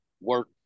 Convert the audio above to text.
Work